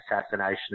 assassination